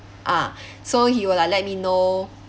ah so he will like let me know